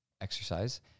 exercise